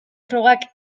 frogak